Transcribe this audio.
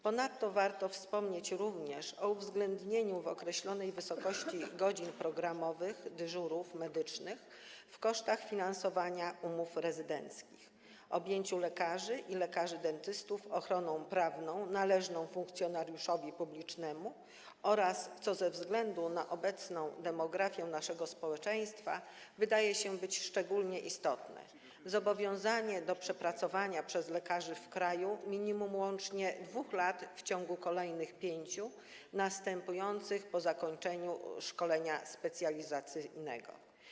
Ponadto warto wspomnieć o uwzględnieniu, w określonej wysokości, godzin programowych dyżurów medycznych w kosztach finansowania umów rezydenckich, objęciu lekarzy i lekarzy dentystów ochroną prawną należną funkcjonariuszowi publicznemu oraz - co ze względu na obecną demografię naszego społeczeństwa wydaje się szczególnie istotne - zobowiązaniu lekarzy do przepracowania w kraju łącznie minimum 2 lat w ciągu kolejnych 5 lat następujących po zakończeniu szkolenia specjalizacyjnego.